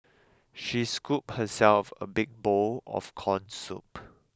she scooped herself a big bowl of corn soup